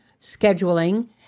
scheduling